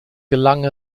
gelang